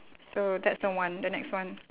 so that's the one the next one